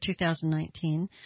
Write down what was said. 2019